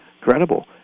credible